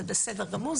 זה בסדר גמור,